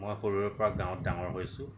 মই সৰুৰেপৰা গাঁৱত ডাঙৰ হৈছোঁ